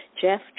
Jeff